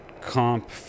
comp